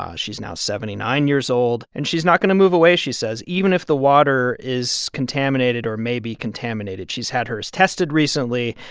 um she's now seventy nine years old. and she's not going to move away, she says, even if the water is contaminated or may be contaminated. she's had hers tested recently.